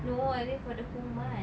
no I mean for the whole month